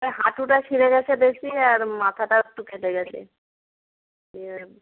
হ্যাঁ হাঁটুটা ছিঁড়ে গেছে বেশি আর মাথাটাও একটু কেটে গেছে ইয়ে